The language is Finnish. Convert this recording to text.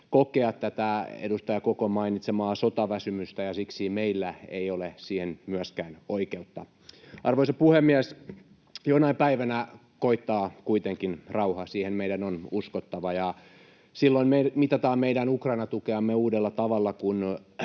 kokea edustaja Kokon mainitsemaa sotaväsymystä, ja siksi myöskään meillä ei ole siihen oikeutta. Arvoisa puhemies! Jonain päivänä koittaa kuitenkin rauha, siihen meidän on uskottava. Silloin mitataan meidän Ukraina-tukeamme uudella tavalla,